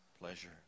pleasure